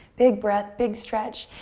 big breath, big stretch.